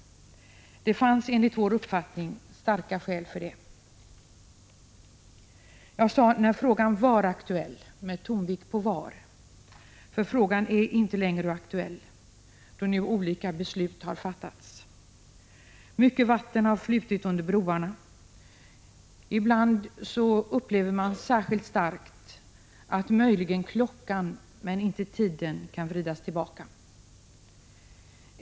Det fanns enligt vår uppfattning starka skäl för detta. Jag sade när frågan var aktuell, för frågan är inte längre aktuell, efter det att olika beslut har fattats. Mycket vatten har flutit under broarna. Ibland upplever man särskilt starkt att möjligen klockan, men inte tiden, kan vridas tillbaka.